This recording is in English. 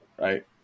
right